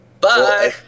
Bye